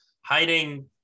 hiding